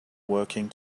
working